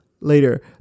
later